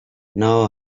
now